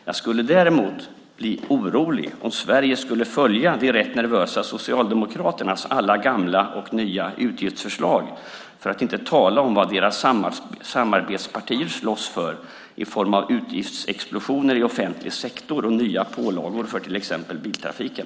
Jag skulle däremot bli orolig om Sverige skulle följa de rätt nervösa socialdemokraternas alla gamla och nya utgiftsförslag, för att inte tala om vad deras samarbetspartier slåss för i form av utgiftsexplosioner i offentlig sektor och nya pålagor för till exempel biltrafiken.